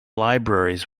libraries